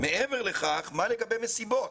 מעבר לכך, מה לגבי מסיבות?